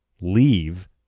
leave